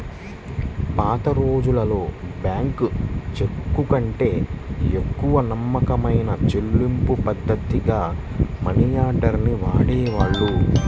పాతరోజుల్లో బ్యేంకు చెక్కుకంటే ఎక్కువ నమ్మకమైన చెల్లింపుపద్ధతిగా మనియార్డర్ ని వాడేవాళ్ళు